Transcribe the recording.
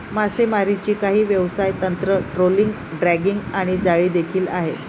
मासेमारीची काही व्यवसाय तंत्र, ट्रोलिंग, ड्रॅगिंग आणि जाळी देखील आहे